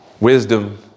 Wisdom